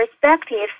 perspectives